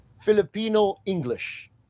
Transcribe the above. Filipino-English